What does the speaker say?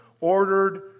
ordered